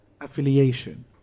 affiliation